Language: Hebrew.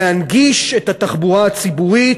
להנגיש את התחבורה הציבורית,